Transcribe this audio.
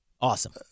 awesome